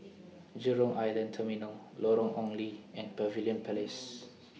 Jurong Island Terminal Lorong Ong Lye and Pavilion Place